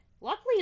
Luckily